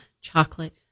chocolate